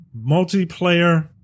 multiplayer